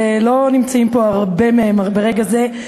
שלא נמצאים פה הרבה מהם ברגע זה,